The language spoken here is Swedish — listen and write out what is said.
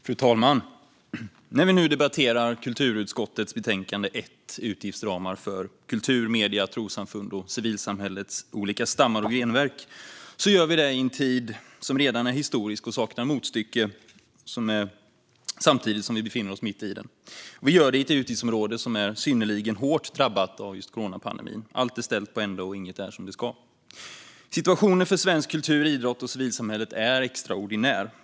Fru talman! När vi nu debatterar kulturutskottets betänkande 1, om utgiftsramar för kultur, medier, trossamfund och civilsamhällets olika stammar och grenverk, gör vi det i en tid som redan är historisk och som saknar motstycke samtidigt som vi befinner oss mitt i den. Vi gör det i ett utgiftsområde som är synnerligen hårt drabbat av coronapandemin. Allt är ställt på ända, och inget är som det ska. Situationen för svensk kultur och idrott och för civilsamhället är extraordinär.